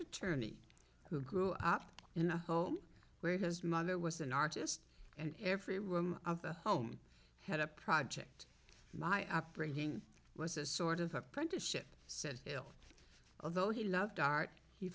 attorney who grew up in a home where his mother was an artist and every room of the home had a project my upbringing was a sort of apprenticeship said although he loved art he